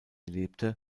lebte